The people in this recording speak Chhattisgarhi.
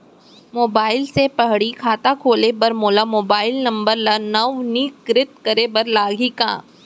मोबाइल से पड़ही खाता खोले बर मोला मोबाइल नंबर ल नवीनीकृत करे बर लागही का?